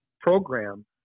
program